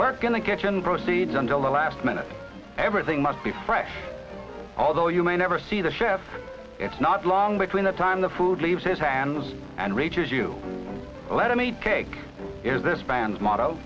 work in the kitchen proceeds until the last minute everything must be fresh although you may never see the share it's not long between the time the food leaves his hands and reaches you let them eat cake is this band mo